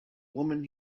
woman